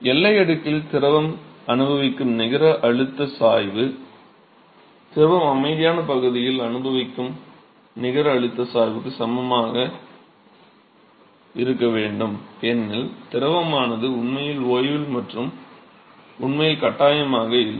எல்லை அடுக்கில் திரவம் அனுபவிக்கும் நிகர அழுத்த சாய்வு திரவம் அமைதியான பகுதியில் அனுபவிக்கும் நிகர அழுத்த சாய்வுக்கு சமமாக இருக்க வேண்டும் ஏனெனில் திரவமானது உண்மையில் அமைதியாக மற்றும் உண்மையில் கட்டாயமாக இல்லை